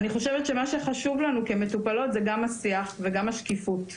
אני חושבת שמה שחשוב לנו כמטופלות הוא גם השיח וגם השקיפות.